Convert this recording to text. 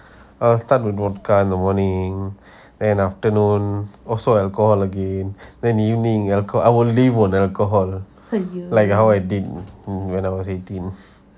I will start with a volka in the morning then afternoon also like I go out again then evening I will leave for alcohol like how I did when I was eighteen